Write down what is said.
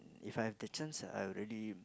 if I have the chance ah I would really